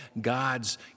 God's